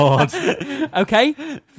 Okay